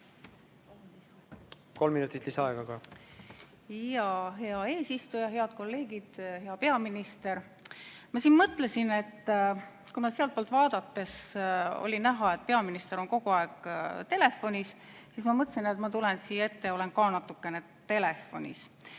Kolm minutit lisaaega ka.